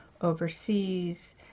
overseas